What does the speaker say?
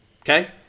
Okay